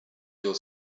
your